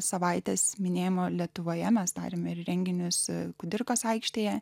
savaitės minėjimo lietuvoje mes tariame renginiuose kudirkos aikštėje